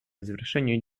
завершению